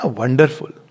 Wonderful